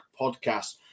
podcast